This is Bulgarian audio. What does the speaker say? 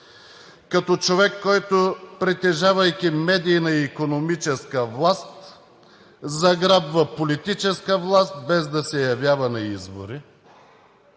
като човек, който притежавайки медийна и икономическа власт, заграбва политическа власт, без да се явява на избори.